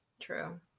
True